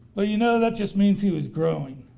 well you know that just means he was growing.